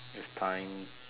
its time